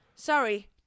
Sorry